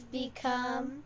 become